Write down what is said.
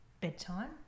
bedtime